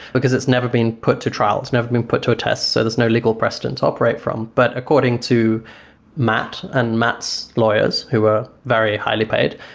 because it's never been put to trial, it's never been put to a test, so there's no legal precedent to operate from. but according to matt and matt's lawyers who were very highly paid,